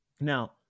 Now